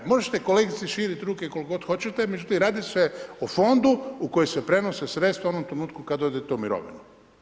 Možete kolegice širit ruke koliko god hoćete, međutim radi se o fondu u koji se prenose sredstva u onom trenutku kad odete u mirovinu.